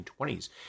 1920s